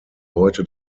heute